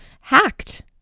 hacked